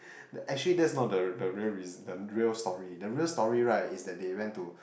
actually that's not the the real reaso~ the real story the real story right is that they went to